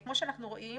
כמו שאנחנו רואים,